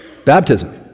Baptism